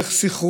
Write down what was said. צריך שם